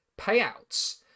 payouts